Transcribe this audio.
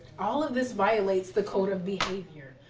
all of this violates the code of behavior.